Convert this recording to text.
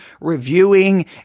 reviewing